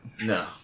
no